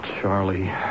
Charlie